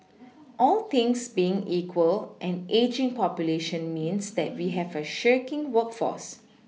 all things being equal an ageing population means that we have a shirking workforce